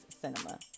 cinema